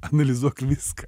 analizuok viską